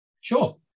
Sure